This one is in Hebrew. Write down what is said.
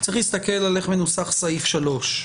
צריך להסתכל איך מנוסח סעיף (3),